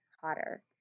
hotter